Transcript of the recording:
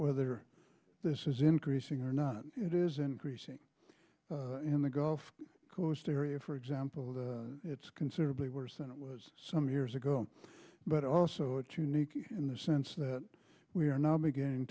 whether this is increasing or not it is increasing in the gulf coast area for example it's considerably worse than it was some years ago but also it's unique in the sense that we are now beginning